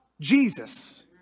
Jesus